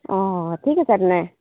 অঁ ঠিক আছে তেনে